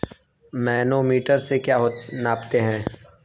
Manometer से क्या नापते हैं?